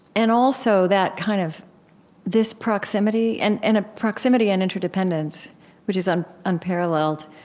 and also that kind of this proximity, and and a proximity and interdependence which is um unparalleled,